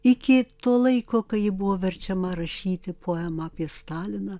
iki to laiko kai ji buvo verčiama rašyti poemą apie staliną